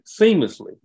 seamlessly